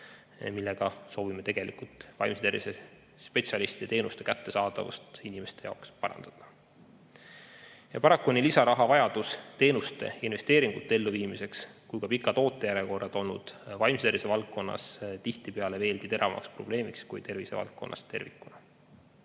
millega soovime vaimse tervise spetsialistide ja teenuste kättesaadavust inimeste jaoks parandada. Paraku on nii lisaraha vajadus teenuste ja investeeringute elluviimiseks kui ka pikad ootejärjekorrad olnud vaimse tervise valdkonnas tihtipeale veelgi teravam probleem kui tervishoiuvaldkonnas tervikuna.